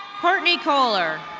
courtney coler.